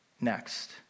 next